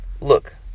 Look